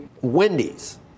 Wendy's